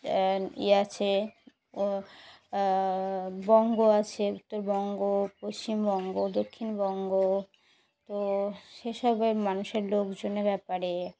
ইয়ে আছে ও বঙ্গ আছে উত্তরবঙ্গ পশ্চিমবঙ্গ দক্ষিণবঙ্গ তো সেসবের মানুষের লোকজনের ব্যাপারে